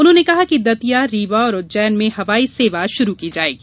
उन्होंने कहा कि दतिया रीवा और उज्जैन में हवाई सेवा शुरू की जायेगी